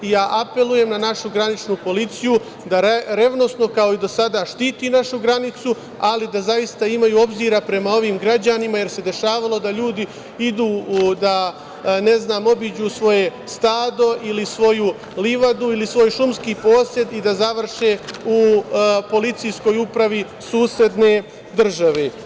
Apelujem na našu graničnu policiju da revnosno, kao i do sada, štiti našu granicu, ali da zaista imaju obzira prema ovim građanima jer se dešavalo da ljudi idu da obiđu svoje stado ili svoju livadu ili svoj šumski posed i da završe u policijskoj upravi susedne države.